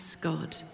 God